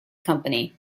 company